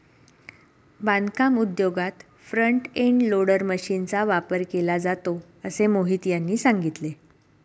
बांधकाम उद्योगात front end loader मशीनचा वापर केला जातो असे मोहित यांनी सांगितले